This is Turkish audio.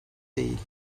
değil